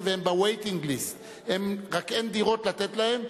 והם ב-waiting list ורק אין דירות לתת להם,